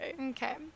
okay